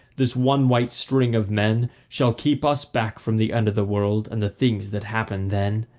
this one white string of men, shall keep us back from the end of the world, and the things that happen then.